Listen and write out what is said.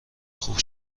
خوب